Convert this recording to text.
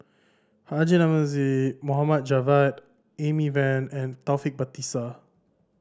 Haji Namazie Mohd Javad Amy Van and Taufik Batisah